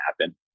happen